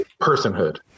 personhood